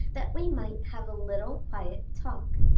that we might have a little quiet talk.